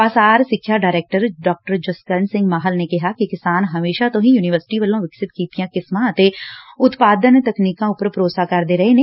ਪਾਸਾਰ ਸਿੱਖਿਆ ਡਾਇਰੈਕਟਰ ਡਾ ਜਸਕਰਨ ਸਿੰਘ ਮਾਹਲ ਨੇ ਕਿਹਾ ਕਿ ਕਿਸਾਨ ਹਮੇਸ਼ਾਂ ਤੋਂ ਹੀ ਯੁਨੀਵਰਸਿਟੀ ਵੱਲੋਂ ਵਿਕਸਿਤ ਨਵੀਆਂ ਕਿਸਮਾਂ ਅਤੇ ਉਤਪਾਦਨ ਤਕਨੀਕਾਂ ਉਪਰ ਭਰੋਸਾ ਪ੍ਰਗਟ ਕਰਦੇ ਰਹੇ ਨੇ